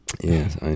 Yes